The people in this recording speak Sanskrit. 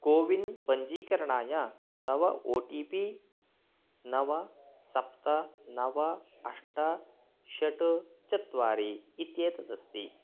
कोविन् पञ्जीकरणाय तव ओ टी पी नव सप्त नव अष्ट षट् चत्वारि इत्येतदस्ति